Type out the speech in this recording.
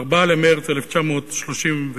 4 במרס 1933,